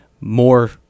More